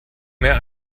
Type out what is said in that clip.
mehr